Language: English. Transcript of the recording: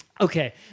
Okay